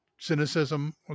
Cynicism